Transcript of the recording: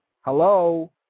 hello